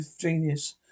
genius